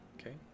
Okay